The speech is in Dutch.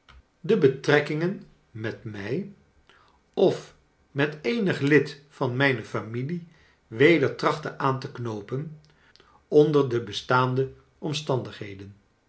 de betrekkingen met mij of met eenig lid van mijne familie weder trachtte a n te knoopen onder de bestaande omstandigheden